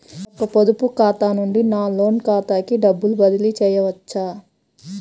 నా యొక్క పొదుపు ఖాతా నుండి నా లోన్ ఖాతాకి డబ్బులు బదిలీ చేయవచ్చా?